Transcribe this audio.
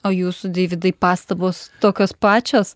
o jūsų deividai pastabos tokios pačios